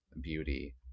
beauty